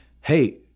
hey